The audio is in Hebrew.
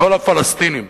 לא לפלסטינים,